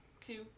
two